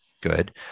good